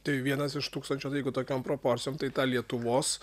tai vienas iš tūkstančio tai jeigu tokiom proporcijom tai tą lietuvos